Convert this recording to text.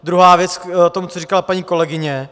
Druhá věc k tomu, co říkala paní kolegyně.